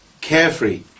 carefree